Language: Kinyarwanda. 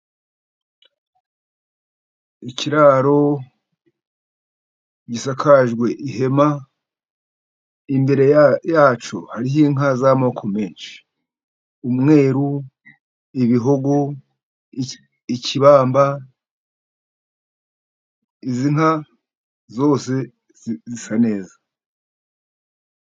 Ikiraro gisakajwe ihema, imbere yacyo hariho inka z'amoko menshi. Umweru, ibihogo, ikibamba. Izi nka zose zisa neza.